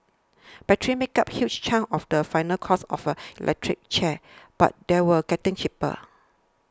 batteries make up a huge chunk of the final cost of an electric car but they are getting cheaper